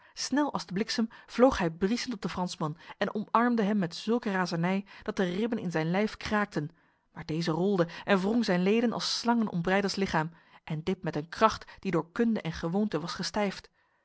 snel als de bliksem vloog hij briesend op de fransman en omarmde hem met zulke razernij dat de ribben in zijn lijf kraakten maar deze rolde en wrong zijn leden als slangen om breydels lichaam en dit met een kracht die door kunde en gewoonte was gestijfd